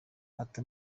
ati